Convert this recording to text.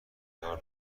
عیار